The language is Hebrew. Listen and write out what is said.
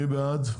מי בעד?